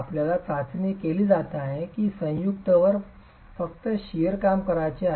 आपल्याला चाचणी केली जात आहे की संयुक्त वर फक्त शिअर काम करायचे आहे